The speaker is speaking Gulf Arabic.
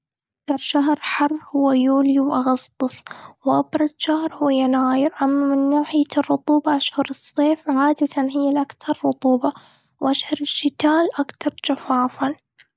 أكتر شهر حر هو يوليو و أغسطس. وأبرد شهر هو يناير. أما من ناحية الرطوبة، أشهر الصيف عادة هي الأكثر رطوبة. وأشهر الشتاء اكثر جفافاً.